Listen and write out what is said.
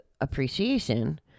appreciation